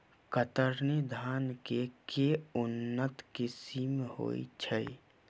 कतरनी धान केँ के उन्नत किसिम होइ छैय?